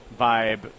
vibe